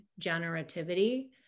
generativity